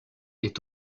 est